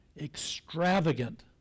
extravagant